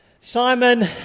Simon